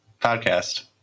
podcast